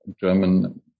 German